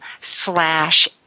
slash